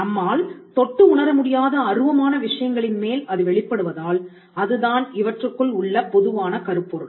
நம்மால் தொட்டு உணர முடியாத அருவமான விஷயங்களின் மேல் அது வெளிப்படுவதால் அதுதான் இவற்றுக்குள் உள்ள பொதுவான கருப்பொருள்